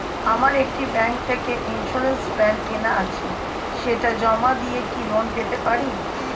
আমার একটি ব্যাংক থেকে ইন্সুরেন্স প্ল্যান কেনা আছে সেটা জমা দিয়ে কি লোন পেতে পারি?